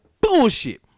bullshit